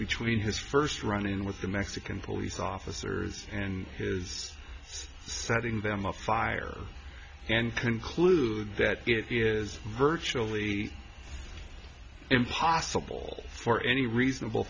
between his first run in with the mexican police officers and his setting them afire and conclude that it is virtually impossible for any reasonable